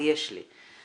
ויש לי,